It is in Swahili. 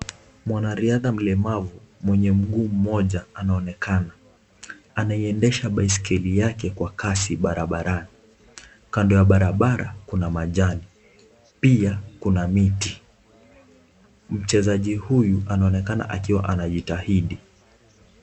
Mwanariadha mlemavu mwenye mguu mmoja anaonekana. Anaiendesha baiskeli yake kwa kasi barabarani. Kando ya barabara kuna majani, pia kuna miti. Mchezaji huyu anaonekana akiwa anajitahidi.